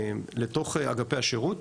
לתוך אגפי השירות.